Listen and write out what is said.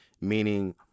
Meaning